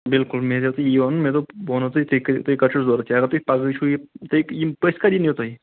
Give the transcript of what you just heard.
بالکل مےٚ ہیژھو تۄہہِ یی وَنُن مےٚ دوپ بہٕ وَنو تۄہہِ تۄہہِ کَر چھو ضروٗرت یہِ اگر تۄہہِ پگہٕے چھُو یہِ تۄہہِ یِم پٔژھۍ کَر یِنو تۄہہِ